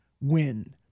win